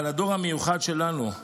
אבל הדור המיוחד שלנו,